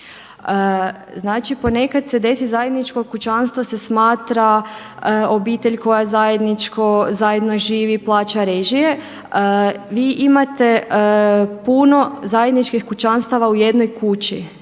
Znači, ponekad se desi zajedničko kućanstvo se smatra obitelj koja zajedničko, zajedno živi, plaća režije. Vi imate puno zajedničkih kućanstava u jednoj kući.